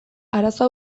arazo